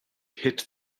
hit